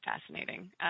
fascinating